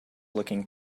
looking